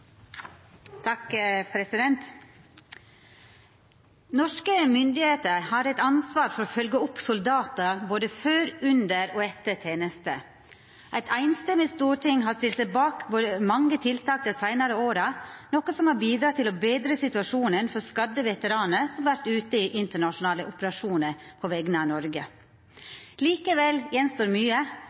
myndigheter har et ansvar for å følge opp soldater både før, under og etter tjeneste. Et enstemmig storting har stilt seg bak mange tiltak de senere årene, noe som har bidratt til å bedre situasjonen for skadde veteraner som har vært ute i internasjonale operasjoner på vegne av Norge. Likevel gjenstår mye: